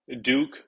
Duke